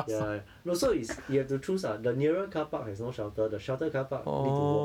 ya no so is you have to choose lah the nearer carpark has no shelter the sheltered carpark need to walk